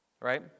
Right